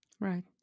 Right